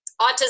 autism